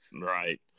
Right